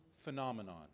phenomenon